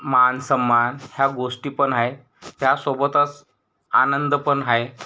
मान सन्मान ह्या गोष्टी पण आहे त्यासोबतच आनंद पण आहे